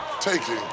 taking